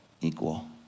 equal